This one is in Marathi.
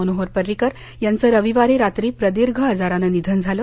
मनोहर परिंकर यांचं रविवारी रात्री प्रदीर्घ आजारानं निधन झालं